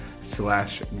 slash